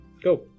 Go